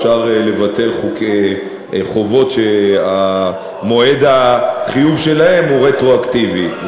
אפשר לבטל חוקי חובות שמועד החיוב שלהם הוא רטרואקטיבי,